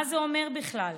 מה זה אומר בכלל?